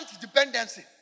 dependency